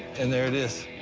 and there it is.